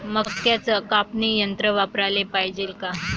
मक्क्याचं कापनी यंत्र वापराले पायजे का?